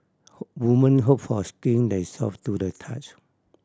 women hope for skin that is soft to the touch